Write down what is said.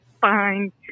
fine